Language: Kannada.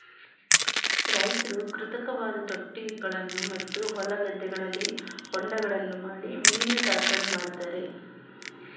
ರೈತ್ರು ಕೃತಕವಾದ ತೊಟ್ಟಿಗಳನ್ನು ಮತ್ತು ಹೊಲ ಗದ್ದೆಗಳಲ್ಲಿ ಹೊಂಡಗಳನ್ನು ಮಾಡಿ ಮೀನು ಸಾಕಣೆ ಮಾಡ್ತರೆ